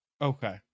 Okay